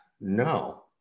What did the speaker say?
no